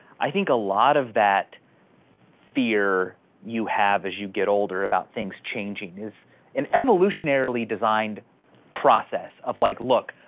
i think a lot of that fear you have as you get older about things changing is an evolutionarily designed process of like, look,